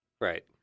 Right